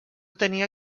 tenia